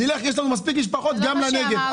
יש לנו מספיק משפחות גם לנגב.